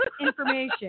information